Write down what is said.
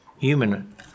human